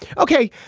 ok,